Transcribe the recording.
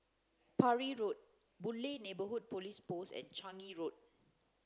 Parry Road Boon Lay Neighbourhood Police Post and Changi Road